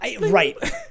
Right